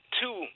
two